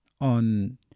on